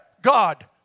God